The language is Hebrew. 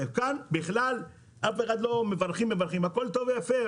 כאן מברכים ומברכים הכול טוב ויפה.